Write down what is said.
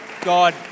God